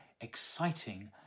exciting